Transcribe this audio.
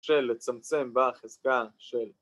‫של לצמצם בחזקה של...